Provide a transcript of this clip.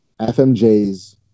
FMJs